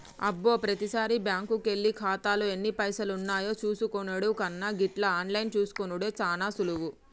అబ్బో ప్రతిసారి బ్యాంకుకెళ్లి ఖాతాలో ఎన్ని పైసలున్నాయో చూసుకునెడు కన్నా గిట్ల ఆన్లైన్లో చూసుకునెడు సాన సులువు